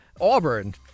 Auburn